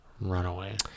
runaway